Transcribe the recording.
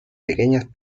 pequeñas